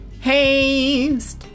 haste